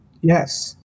Yes